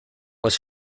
was